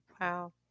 Wow